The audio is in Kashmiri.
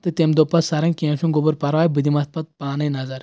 تہٕ تٔمۍ دوٚپ پَتہٕ سَرن کیٚنٛہہ چھُ نہٕ گوٚبُر پرواے بہٕ دِمہٕ اتھ پَتہٕ پانے نظر